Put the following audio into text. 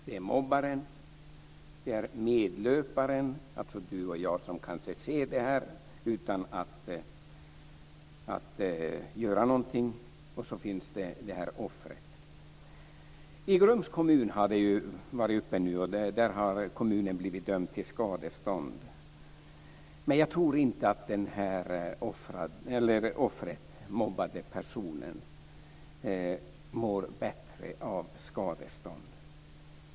Det är mobbaren, det är medlöparen, alltså du och jag som kanske ser det utan att göra någonting, och det finns offret. I Grums har kommunen blivit dömd till skadestånd, men jag tror inte att offret, den mobbade personen, mår bättre av skadestånd.